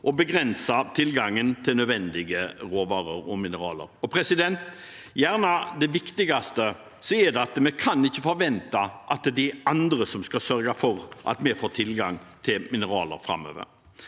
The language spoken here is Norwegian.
og begrense tilgangen til nødvendige råvarer og mineraler. Det viktigste er gjerne at vi ikke kan forvente at det er de andre som skal sørge for at vi får tilgang til mineraler framover.